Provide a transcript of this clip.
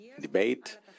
debate